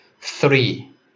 Three